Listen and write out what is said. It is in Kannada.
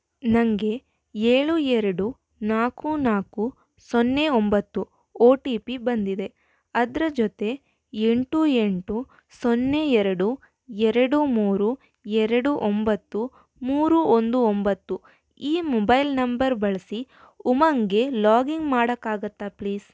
ನನಗೆ ಏಳು ಎರಡು ನಾಲ್ಕು ನಾಲ್ಕು ಸೊನ್ನೆ ಒಂಬತ್ತು ಓ ಟಿ ಪಿ ಬಂದಿದೆ ಅದರ ಜೊತೆ ಎಂಟು ಎಂಟು ಸೊನ್ನೆ ಎರಡು ಎರಡು ಮೂರು ಎರಡು ಒಂಬತ್ತು ಮೂರು ಒಂದು ಒಂಬತ್ತು ಈ ಮೊಬೈಲ್ ನಂಬರ್ ಬಳಸಿ ಉಮಂಗ್ಗೆ ಲಾಗಿಂಗ್ ಮಾಡೋಕ್ಕಾಗತ್ತಾ ಪ್ಲೀಸ್